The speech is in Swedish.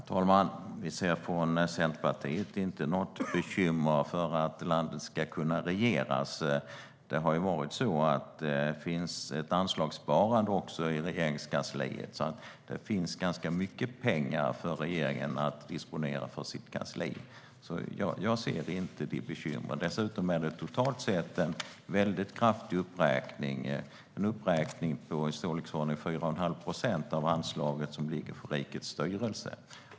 Herr talman! Vi anser från Centerpartiets sida inte att det finns några bekymmer med att landet ska kunna regeras. Det finns ett anslagssparande i Regeringskansliet, vilket betyder att det finns ganska mycket pengar för regeringen att disponera på sitt kansli. Jag ser inte det bekymret. Dessutom är det totalt sett en kraftig uppräkning, en uppräkning på i storleksordningen 4 1⁄2 procent av anslaget för rikets styrelse.